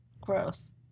Gross